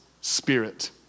spirit